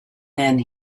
then